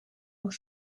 nog